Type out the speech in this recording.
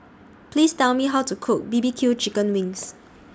Please Tell Me How to Cook B B Q Chicken Wings